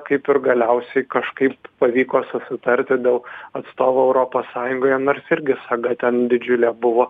kaip ir galiausiai kažkaip pavyko susitarti dėl atstovo europos sąjungoje nors irgi saga ten didžiulė buvo